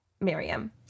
Miriam